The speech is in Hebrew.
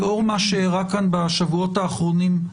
לאור מה שאירע כאן בשבועות האחרונים,